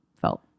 felt